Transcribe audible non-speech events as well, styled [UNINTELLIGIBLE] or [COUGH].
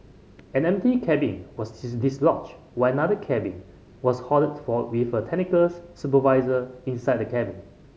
an empty cabin was [UNINTELLIGIBLE] dislodged while another cabin was halted with a technical supervisor inside the cabin